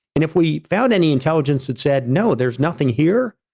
and if we found any intelligence that said, no, there's nothing here.